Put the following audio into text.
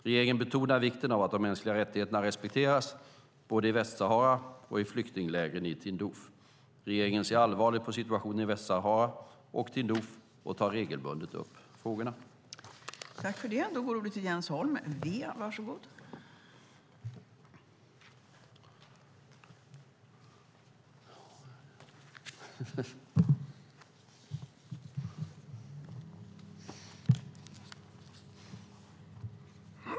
Regeringen betonar vikten av att de mänskliga rättigheterna respekteras både i Västsahara och i flyktinglägren i Tindouf. Regeringen ser allvarligt på situationen i Västsahara och Tindouf och tar regelbundet upp frågorna.